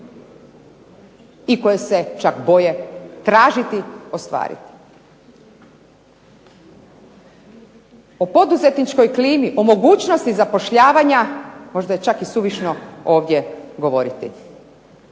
i koje se čak boje tražiti ostvariti. O poduzetničkoj klimi o mogućnosti zapošljavanja, možda je čak i suvišno ovdje govoriti.